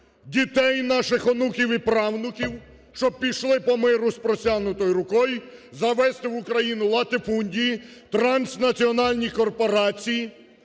дітей наших, онуків і правнуків, щоб пішли по миру з простягнутою рукою. Завезти в Україну латифундії, транснаціональні корпорації,